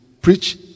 preach